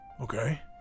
Okay